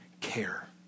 care